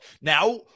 Now